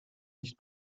nicht